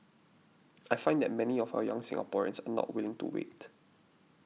I find that many of our young Singaporeans are not willing to wait